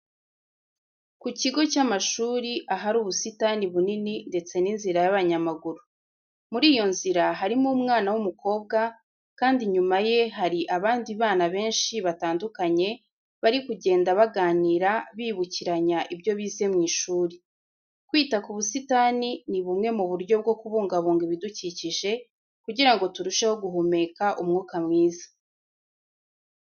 Ku kigo cy'amashuri ahari ubusitani bunini ndetse n'inzira y'abanyamaguru. Muri iyo nzira harimo umwana w'umukobwa kandi inyuma ye hari abandi bana benshi batandukanye bari kugenda baganira bibukiranya ibyo bize mu ishuri. Kwita ku busitani ni bumwe mu buryo bwo kubungabunga ibidukikije, kugira ngo turusheho guhumeka umwuka mwiza.